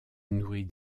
nourrit